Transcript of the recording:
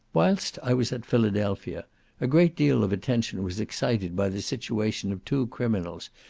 whilst i was at philadelphia a great deal of attention was excited by the situation of two criminals,